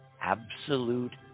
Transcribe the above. absolute